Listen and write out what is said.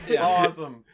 Awesome